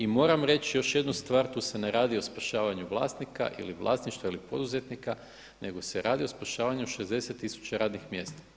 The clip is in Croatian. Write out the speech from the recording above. I moram reći još jednu stvar, tu se ne radi o spašavanju vlasnika ili vlasništva ili poduzetnika nego se radi o spašavanju 60 tisuća radnih mjesta.